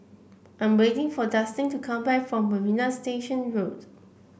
I'm waiting for Dustin to come back from Marina Station Road